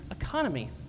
economy